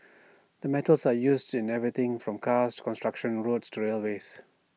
the metals are used in everything from cars to construction roads to railways